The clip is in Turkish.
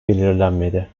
belirlenmedi